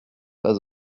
pas